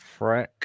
Freck